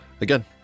again